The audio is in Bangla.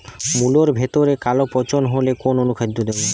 মুলোর ভেতরে কালো পচন হলে কোন অনুখাদ্য দেবো?